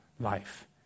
life